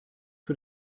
für